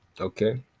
Okay